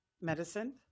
medicine